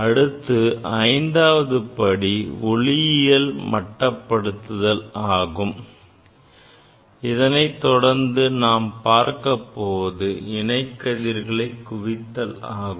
அடுத்து ஐந்தாவது படி ஒளியியல் மட்டப்படுத்துதல் ஆகும் இதனை தொடர்ந்து நாம் பார்க்க போவது இணை கதிர்களை குவித்தல் ஆகும்